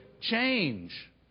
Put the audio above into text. change